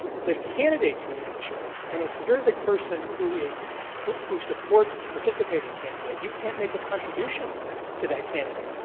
the candidates made a choice, and if you're the the person who is who who supports the participating candidate, you can't make a contribution to that candidate,